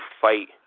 fight